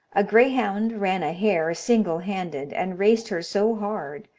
a greyhound ran a hare single-handed and raced her so hard,